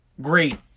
great